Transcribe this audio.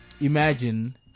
imagine